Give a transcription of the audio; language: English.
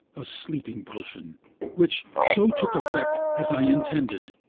a sleeping potion which so took effect as i intended,